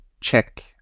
check